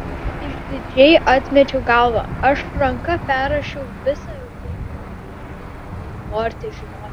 išdidžiai atmečiau galvą aš ranka perrašiau visą eugenijų oneginą jeigu norite žinoti